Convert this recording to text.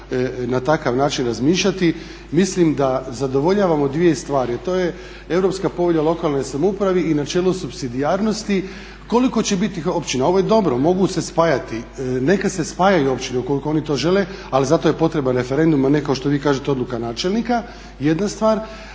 na takav način razmišljati. Mislim da zadovoljavamo dvije stvari, a to je Europska povelja o lokalnoj samoupravi i načelo supsidijarnosti. Koliko će biti općina? Ovo je dobro mogu se spajati, neka se spajaju općine ukoliko oni to žele, ali zato je potreban referendum, a ne vi kao što vi kažete odluka načelnika, jedna stvar.